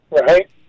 Right